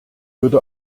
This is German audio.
würde